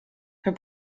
her